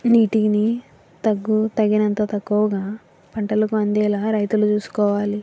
నీటిని తగ్గు తగినంత తక్కువగా పంటలకు అందేలా రైతులు చూసుకోవాలి